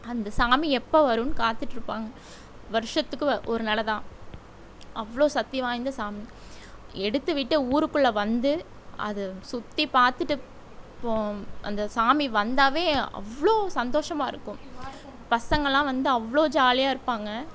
அந்த சாமி எப்போ வரும்னு காத்துக்கிட்டுருப்பாங்க வருஷத்துக்கு ஒரு நிலை தான் அவ்வளோ சக்தி வாய்ந்த சாமி எடுத்து விட்டு ஊருக்குள்ளே வந்து அது சுற்றி பார்த்துட்டு போ அந்த சாமி வந்தாவே அவ்வளோ சந்தோஷாமாயிருக்கும் பசங்கெலாம் வந்து அவ்வளோ ஜாலியாயிருப்பாங்க